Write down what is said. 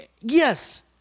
Yes